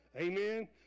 amen